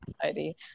society